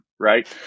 Right